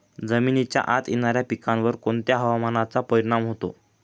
जमिनीच्या आत येणाऱ्या पिकांवर कोणत्या हवामानाचा परिणाम होतो?